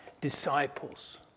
disciples